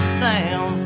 down